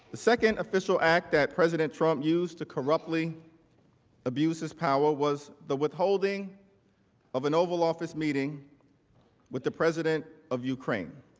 the second official act that president trump used to corruptly abuse his power is the withholding of an oval office meeting with the president of ukraine.